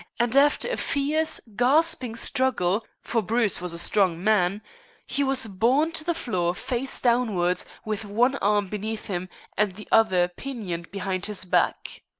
and after a fierce, gasping struggle for bruce was a strong man he was borne to the floor face downwards, with one arm beneath him and the other pinioned behind his back.